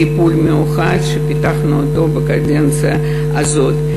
טיפול מיוחד שפיתחנו בקדנציה הזאת.